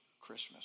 Christmas